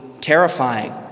terrifying